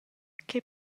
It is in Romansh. che